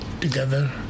together